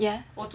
yeah